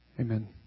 Amen